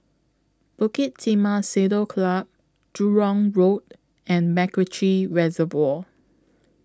Bukit Timah Saddle Club Jurong Road and Macritchie Reservoir